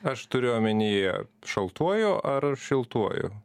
aš turiu omeny šaltuoju ar šiltuoju